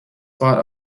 part